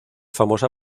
famosa